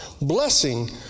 Blessing